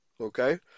Okay